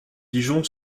dijon